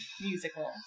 musical